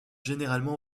généralement